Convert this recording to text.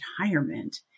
retirement